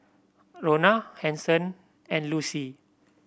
Rona Hanson and Lucy